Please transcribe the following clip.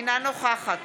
אינה נוכחת